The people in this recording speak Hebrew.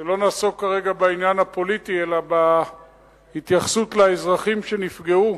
לא נעסוק כרגע בעניין הפוליטי אלא בהתייחסות לאזרחים שנפגעו,